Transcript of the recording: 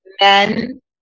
Men